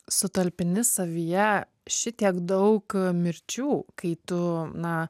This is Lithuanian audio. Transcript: sutalpini savyje šitiek daug mirčių kai tu na